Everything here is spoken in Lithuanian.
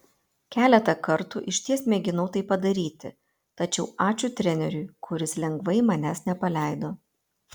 keletą kartų išties mėginau tai padaryti tačiau ačiū treneriui kuris lengvai manęs nepaleido